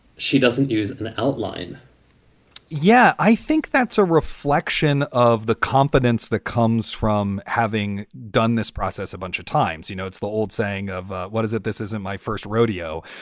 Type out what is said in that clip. she doesn't use an outline yeah, i think that's a reflection of the competence that comes from having done this process a bunch of times. you know, it's the old saying of what is it? this isn't my first rodeo.